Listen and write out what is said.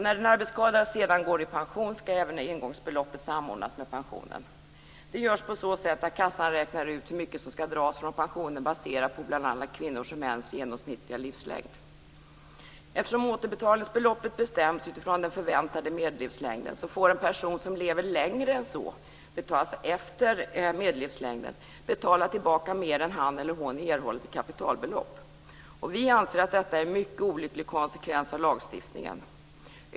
När den arbetsskadade sedan går i pension ska även engångsbeloppet samordnas med pensionen. Det görs på så sätt att kassan räknar ut hur mycket som ska dras från pensionen baserat på bl.a. kvinnors och mäns genomsnittliga livslängd. Eftersom återbetalningsbeloppet bestäms utifrån den förväntade medellivslängden, får en person som lever längre än medellivslängden betala tillbaka mer än vad han eller hon erhållit i kapitalbelopp. Vi anser att detta är en mycket olycklig konsekvens av lagstiftningen.